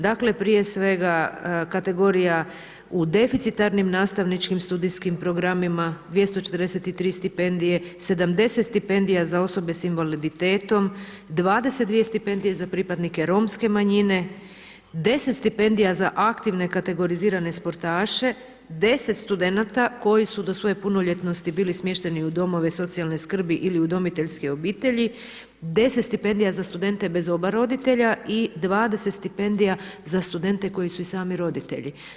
Dakle prije svega, kategorija u deficitarnim nastavničkim studijskim programima 243 stipendije, 70 stipendija za osobe sa invaliditetom, 22 stipendije za pripadnike romske manjine, 10 stipendija za aktivne kategorizirane sportaše, 10 studenata koji su do svoje punoljetnosti bili smješteni u domove socijalne skrbi ili udomiteljske obitelji, 10 stipendija za studente bez oba roditelja i 20 stipendija za studente koji su i sami roditelji.